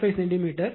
5 centimetre 0